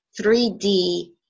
3D